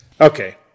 okay